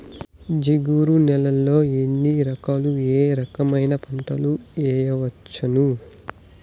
జిగురు నేలలు ఎన్ని రకాలు ఏ రకమైన పంటలు వేయవచ్చును?